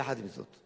יחד עם זאת,